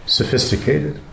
sophisticated